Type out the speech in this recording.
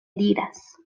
diras